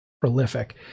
prolific